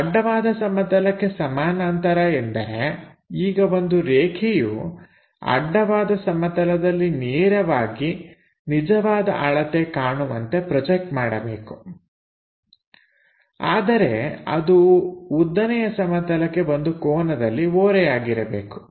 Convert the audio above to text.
ಅಡ್ಡವಾದ ಸಮತಲಕ್ಕೆ ಸಮಾನಾಂತರ ಎಂದರೆ ಈಗ ಒಂದು ರೇಖೆಯು ಅಡ್ಡವಾದ ಸಮತಲದಲ್ಲಿ ನೇರವಾಗಿ ನಿಜವಾದ ಅಳತೆ ಕಾಣುವಂತೆ ಪ್ರೊಜೆಕ್ಟ್ ಮಾಡಬೇಕು ಆದರೆ ಅದು ಉದ್ದನೆಯ ಸಮತಲಕ್ಕೆ ಒಂದು ಕೋನದಲ್ಲಿ ಓರೆಯಾಗಿರಬೇಕು